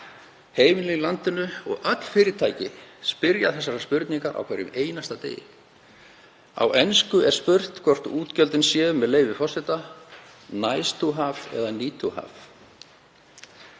Heimilin í landinu og öll fyrirtæki spyrja þessarar spurningar á hverjum einasta degi. Á ensku er spurt hvort útgjöldin séu, með leyfi forseta, „nice to have“ eða „need to have“.